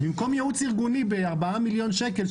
במקום ייעוץ ארגוני בארבעה מיליון שקל,